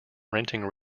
renting